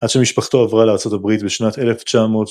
עד שמשפחתו עברה לארצות הברית בשנת 1963,